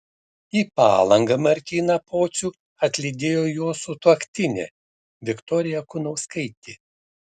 į palangą martyną pocių atlydėjo jo sutuoktinė viktorija kunauskaitė